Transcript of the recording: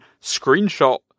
screenshot